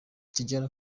tidjala